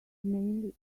mainly